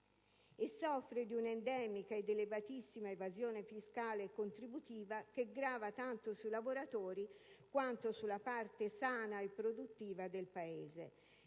e soffre di un'endemica ed elevatissima evasione fiscale e contributiva, che grava tanto sui lavoratori quanto sulla parte sana e produttiva del Paese.